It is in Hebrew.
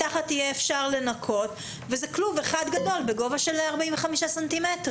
מתחת היה אפשר לנקות וזה כלוב אחד גדול בגובה של 45 סנטימטרים.